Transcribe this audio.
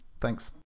Thanks